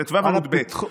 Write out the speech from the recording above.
ט"ו, עמוד ב'.